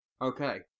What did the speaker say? Okay